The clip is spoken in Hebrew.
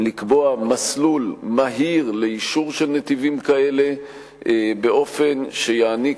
לקבוע מסלול מהיר לאישור של נתיבים כאלה באופן שיעניק